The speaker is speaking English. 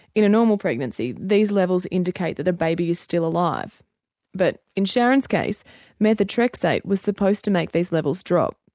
in a normal pregnancy these levels indicate that a baby is still alive but in sharon's case methotrexate was supposed to make these levels drop.